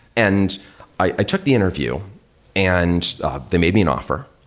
and i took the interview and they made me an offer,